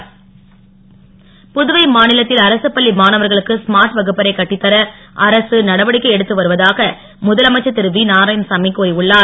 smart வகுப்பறை புதுவை மாநிலத்தில் அரசுப் பள்ளி மாணவர்களுக்கு ஸ்மார்ட் வகுப்பறை கட்டித் தர அரசு நடவடிக்கை எடுத்து வருவதாக முதலமைச்சர் திரு வி நாராயணசாமி கூறி உள்ளார்